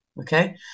okay